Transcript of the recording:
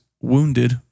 wounded